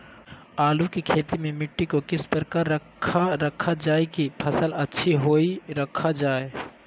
आलू की खेती में मिट्टी को किस प्रकार रखा रखा जाए की फसल अच्छी होई रखा जाए?